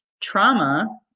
trauma